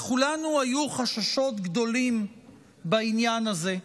לכולנו היו חששות גדולים בעניין הזה,